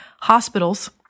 hospitals